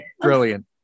Brilliant